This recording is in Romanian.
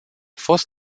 fost